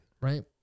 right